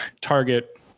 target